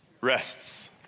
rests